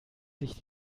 sich